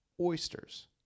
oysters